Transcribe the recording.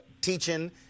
teaching